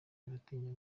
baratinya